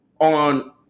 on